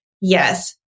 Yes